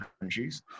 countries